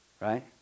Right